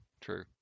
True